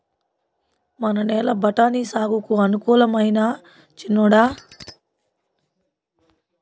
మన నేల బఠాని సాగుకు అనుకూలమైనా చిన్నోడా